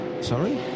sorry